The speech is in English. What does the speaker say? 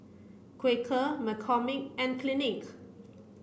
Quaker McCormick and Clinique